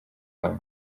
wawe